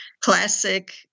classic